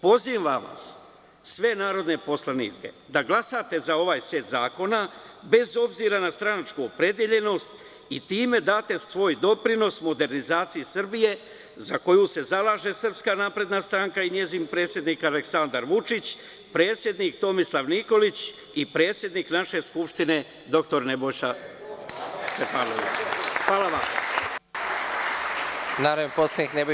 Pozivam vas, sve narodne poslanike, da glasate za ovaj set zakona, bez obzira na stranačku opredeljenost i time date svoj doprinos modernizaciji Srbije za koju se zalaže SNS i njezin predsednik Aleksandar Vučić, predsednik Tomislav Nikolić i predsednik naše Skupštine dr Nebojša Stefanović.